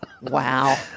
Wow